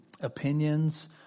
Opinions